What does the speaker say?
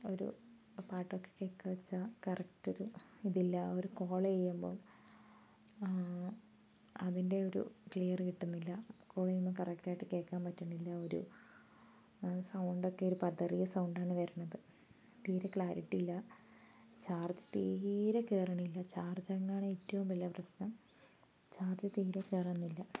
ഒരു പാട്ടൊക്കെ കേൾക്കവച്ചാ കറക്റ്റ ഒരു ഒരിതില്ല ഒരു കോൾ ചെയ്യുമ്പോൾ അതിൻ്റെ ഒരു ക്ലിയർ കിട്ടുന്നില്ല കോള് ചെയ്യുമ്പോൾ കറക്റ്റ് ആയിട്ട് കേൾക്കാൻ പറ്റണില്ല ഒരു സൗണ്ടൊക്കെ ഒരു പതറിയ സൗണ്ടാണ് വരണത് തീരെ ക്ലാരിറ്റി ഇല്ല ചാർജ്ജ് തീരെ കേറണില്ല ചാർജ്ജ് ആണ് ഏറ്റവും വലിയ പ്രശ്നം ചാർജ്ജ് തീരെ കേറുന്നില്ല